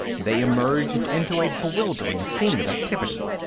they emerged into a bewildering scene of activity.